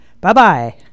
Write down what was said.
Bye-bye